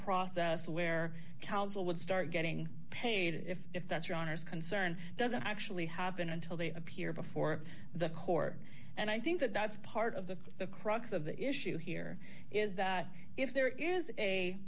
process where counsel would start getting paid if if that's your honour's concern doesn't actually happen until they appear before the court and i think that that's part of the the crux of the issue here is that if there is